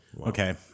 Okay